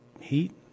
heat